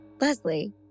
Leslie